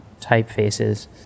typefaces